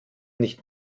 nicht